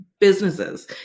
businesses